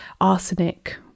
arsenic